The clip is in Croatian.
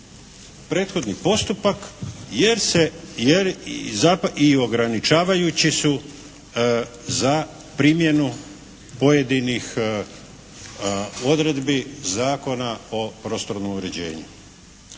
prethodni postupak jer se i ograničavajući su za primjenu pojedinih odredbi Zakona o prostornom uređenju.